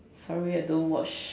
sorry I don't watch